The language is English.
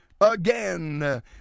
again